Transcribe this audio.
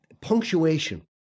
punctuation